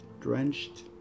drenched